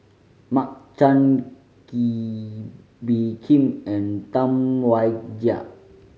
Mark Chan Kee Bee Khim and Tam Wai Jia